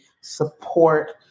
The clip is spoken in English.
support